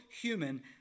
human